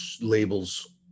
labels